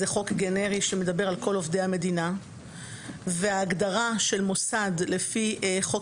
זה חוק גנרי שמדבר על כל עובדי המדינה וההגדרה של מוסד לפי חוק